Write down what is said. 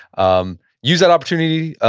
um use that opportunity.